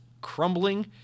crumbling